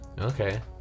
okay